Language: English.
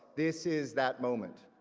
this is that moment.